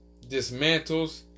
dismantles